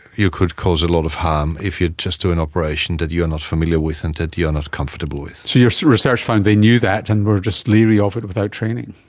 you could cause a lot of harm if you just do an operation that you are not familiar with and that not comfortable with. so your so research found they knew that and were just leery of it without training.